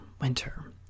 winter